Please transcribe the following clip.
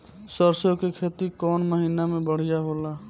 सरसों के खेती कौन महीना में बढ़िया होला?